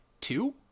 two